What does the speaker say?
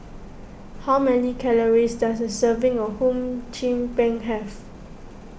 how many calories does a serving of Hum Chim Peng have